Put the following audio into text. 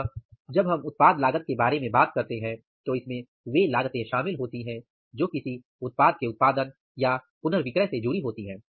अतः जब हम उत्पाद लागत के बारे में बात करते हैं तो इसमें वे लागते शामिल होती हैं जो किसी उत्पाद के उत्पादन या पुनर्विक्रय से जुड़ी होती हैं